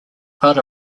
part